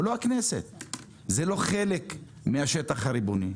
זה לא חלק מהשטח הריבוני.